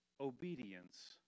obedience